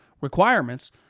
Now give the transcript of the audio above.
requirements